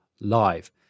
live